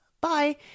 bye